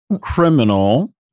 criminal